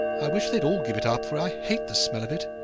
i wish they'd all give it up, for i hate the smell of it.